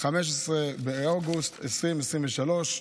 15 באוגוסט 2023,